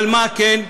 אבל מה כן?